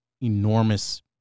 enormous